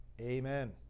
Amen